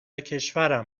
کشورم